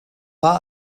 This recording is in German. war